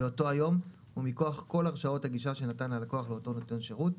באותו היום ומכוח כל הרשאות הגישה שנתן הלקוח לאותו נותן שירות.